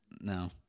No